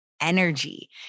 energy